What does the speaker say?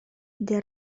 для